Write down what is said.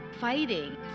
fighting